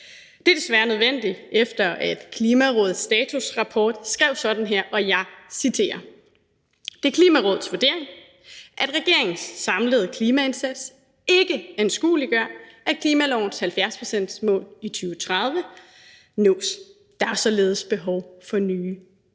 Det er desværre nødvendigt, efter at Klimarådet i deres statusrapport skrev sådan her, og jeg citerer: Det er Klimarådets vurdering, at regeringens samlede klimaindsats ikke anskueliggør, at klimalovens 70-procentsmål i 2030 nås. Der er således behov for nye